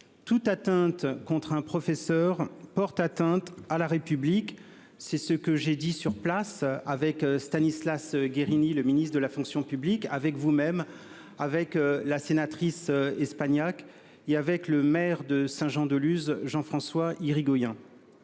Toute atteinte contre un professeur porte atteinte à la République. C'est ce que j'ai dit sur place avec Stanislas Guerini, le ministre de la fonction publique avec vous-. Même avec la sénatrice Espagnac il avec le maire de Saint-Jean-de-Luz, Jean-François Hirigoyen.